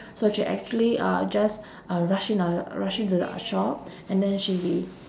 so she actually uh just uh rushed in on a rush into the uh shop and then she